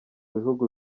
bihugu